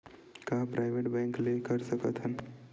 का private bank ले कर सकत हन?